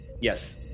Yes